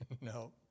No